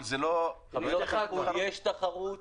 זה לא --- חביות מחו"ל יש תחרות.